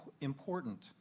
important